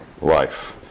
life